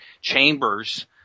chambers